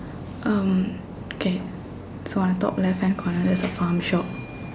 um okay so on the top left hand corner there's a farm shop